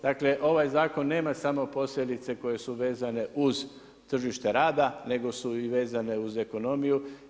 Dakle, ovaj zakon nema samo posljedice koje su vezane uz tržište rada, nego su i vezane uz ekonomiju.